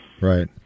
right